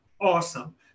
Awesome